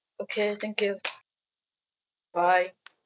okay thank you bye